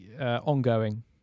Ongoing